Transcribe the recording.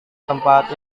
tempat